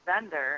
vendor